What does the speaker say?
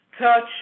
Touch